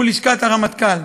מול לשכת הרמטכ"ל.